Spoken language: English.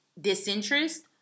disinterest